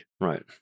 Right